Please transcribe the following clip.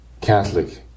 Catholic